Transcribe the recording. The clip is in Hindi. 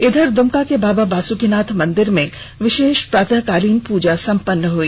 इधर दुमका के बाबा बासुकिनाथ मंदिर में विशेष प्रातःकालीन पूजा संपन्न हुई